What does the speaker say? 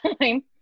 time